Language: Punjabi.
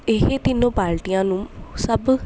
ਇਹ ਤਿੰਨੋ ਪਾਰਟੀਆਂ ਨੂੰ ਸਭ